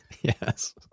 Yes